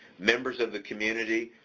members of the community,